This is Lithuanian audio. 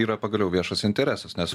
yra pagaliau viešas interesas nes